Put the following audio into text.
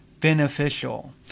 beneficial